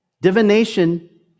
Divination